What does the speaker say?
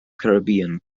caribbean